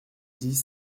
dix